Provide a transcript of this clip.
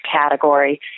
category